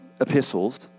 epistles